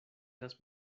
las